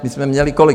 My jsme měli kolik?